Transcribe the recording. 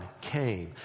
came